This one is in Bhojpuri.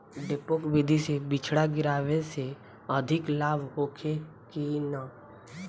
डेपोक विधि से बिचड़ा गिरावे से अधिक लाभ होखे की न?